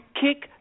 kick